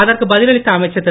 அதற்கு பதிலளித்த அமைச்சர் திரு